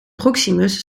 proximus